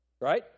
right